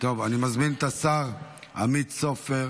אני מזמין את השר עמית סופר